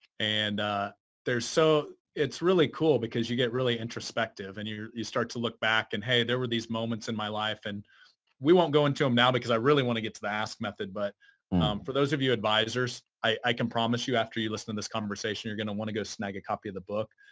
and so, it's really cool because you get really introspective and you you start to look back and, hey, there were these moments in my life, and we won't go into them now because i really want to get to the ask method. but for those of you advisors, i can promise you after you listen to this conversation, you're going to want to go snag a copy of the book,